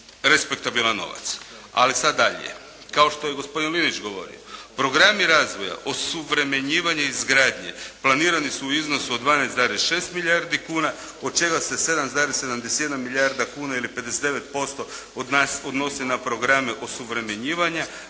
Respektabilan novac. Ali sad dalje. Kao što je gospodin Linić govorio programi razvoja, osuvremenjivanje izgradnje planirani su u iznosu od 12,6 milijardi kuna od čega se 7,71 milijarda kuna ili 59% odnosi na programe osuvremenjivanja